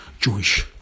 Jewish